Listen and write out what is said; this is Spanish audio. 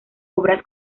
obras